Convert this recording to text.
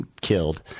killed